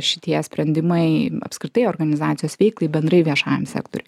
šitie sprendimai apskritai organizacijos veiklai bendrai viešajam sektoriui